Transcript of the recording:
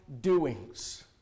doings